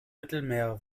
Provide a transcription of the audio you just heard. mittelmeer